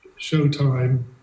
Showtime